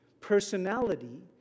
Personality